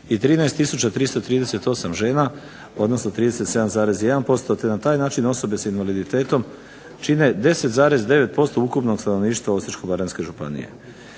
338 žena odnosno 37,1% te na taj način osobe sa invaliditetom čine 10,9% ukupnog stanovništva Osječko-baranjske županije.